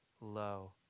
low